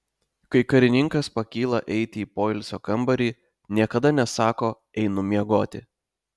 kai karininkas pakyla eiti į poilsio kambarį niekada nesako einu miegoti